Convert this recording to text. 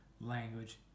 language